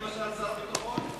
את שר הביטחון?